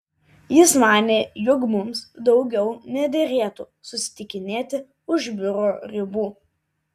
jis manė jog mums daugiau nederėtų susitikinėti už biuro ribų